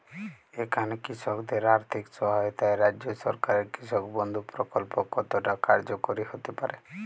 এখানে কৃষকদের আর্থিক সহায়তায় রাজ্য সরকারের কৃষক বন্ধু প্রক্ল্প কতটা কার্যকরী হতে পারে?